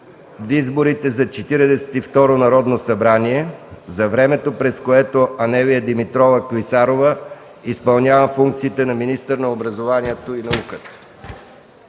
и второ Народно събрание, за времето, през което Анелия Димитрова Клисарова изпълнява функциите на министър на образованието и науката.